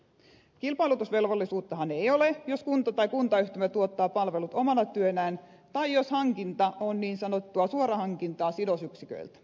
kilpailutusvelvollisuuttahan ei ole jos kunta tai kuntayhtymä tuottaa palvelut omana työnään tai jos hankinta on niin sanottua suorahankintaa sidosyksiköiltä